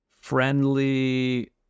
Friendly